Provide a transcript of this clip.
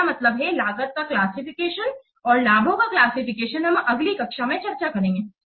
मेरा मतलब है लागत का क्लासिफिकेशन और लाभों का क्लासिफिकेशन हम अगली कक्षा में चर्चा करेंगे